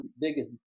biggest